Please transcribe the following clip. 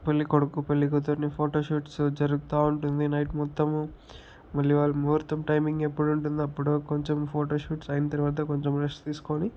పెళ్ళి కొడుకు పెళ్ళికూతుర్ని ఫోటోషూట్స్ జరుగుతూ ఉంటుంది నైట్ మొత్తము మళ్ళీ వాళ్ళ ముహూర్తం టైమింగ్ ఎప్పుడు ఉంటుందో అప్పటివరకు కొంచెం ఫోటోషూట్స్ అయిన్ తర్వాత కొంచెం రెస్ట్ తీసుకోని